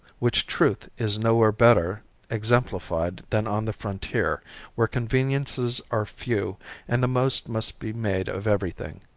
which truth is nowhere better exemplified than on the frontier where conveniences are few and the most must be made of everything,